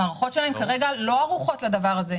המערכות שלהם כרגע לא ערוכות לדבר הזה,